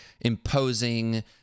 imposing